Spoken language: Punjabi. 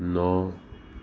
ਨੌ